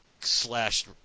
slashed